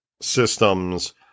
systems